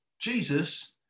Jesus